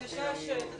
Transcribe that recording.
בשעה 11:30.